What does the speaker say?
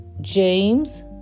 James